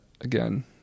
again